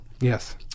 Yes